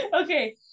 okay